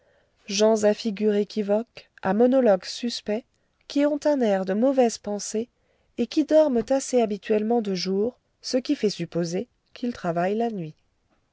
gens à figures équivoques à monologues suspects qui ont un air de mauvaise pensée et qui dorment assez habituellement de jour ce qui fait supposer qu'ils travaillent la nuit